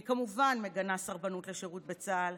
אני כמובן מגנה סרבנות לשירות בצה"ל,